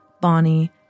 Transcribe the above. Bonnie